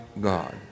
God